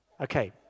Okay